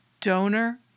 Donor